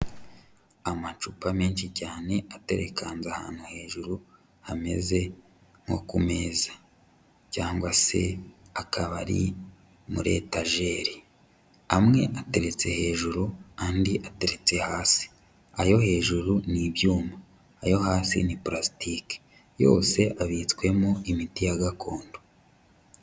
Amacupa menshi cyane aterekanze ahantu hejuru hameze nko ku meza cyangwa se akabari muri etajeri, amwe ateretse hejuru andi ateretse hasi, ayo hejuru n'ibyuma, ayo hasi ni palasitike yose abitswemo imiti ya gakondo.